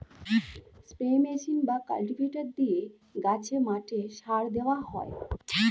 spray machine বা cultivator দিয়ে গাছে, মাঠে সার দেওয়া হয়